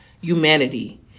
humanity